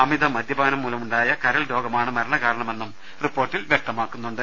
അമിത മദ്യപാനം മൂലമുണ്ടായ കരൾരോഗമാണ് മരണകാ രണമെന്നും റിപ്പോർട്ടിൽ വ്യക്തമാക്കുന്നുണ്ട്